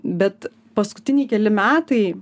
bet paskutiniai keli metai